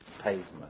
pavement